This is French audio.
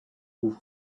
goût